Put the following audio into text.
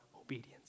obedience